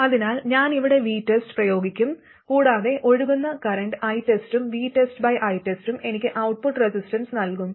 അതിനാൽ ഞാൻ ഇവിടെ VTEST പ്രയോഗിക്കും കൂടാതെ ഒഴുകുന്ന കറന്റ് ITEST ഉം VTESTITEST ഉം എനിക്ക് ഔട്ട്പുട്ട് റെസിസ്റ്റൻസ് നൽകും